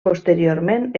posteriorment